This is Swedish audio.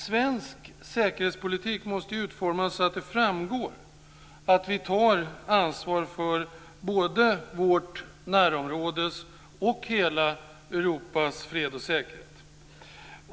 Svensk säkerhetspolitik måste utformas så att det framgår att vi tar ansvar för både vårt närområdes och hela Europas fred och säkerhet.